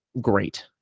great